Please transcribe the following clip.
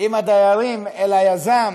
עם הדיירים אל היזם,